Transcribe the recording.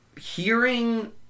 hearing